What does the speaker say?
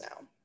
now